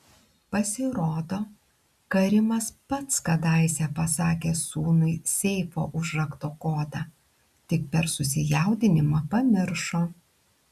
pasirodo karimas pats kadaise pasakė sūnui seifo užrakto kodą tik per susijaudinimą pamiršo